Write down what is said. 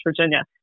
Virginia